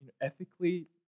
ethically